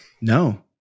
No